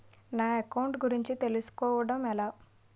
నా అకౌంట్ గురించి తెలుసు కోవడం ఎలా?